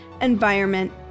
environment